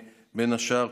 בין השאר,